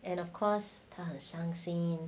and of course 他很伤心